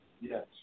Yes